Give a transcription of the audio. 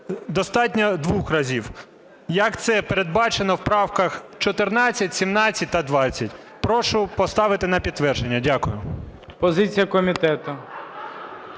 достатньо двох разів, як це передбачено в правках 14, 17 та 20. Прошу поставити на підтвердження. Дякую. ГОЛОВУЮЧИЙ. Позиція комітету.